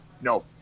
No